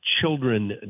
children